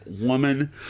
woman